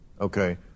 Okay